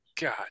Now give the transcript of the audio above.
God